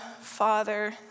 Father